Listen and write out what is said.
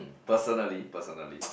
personally personally